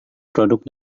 produk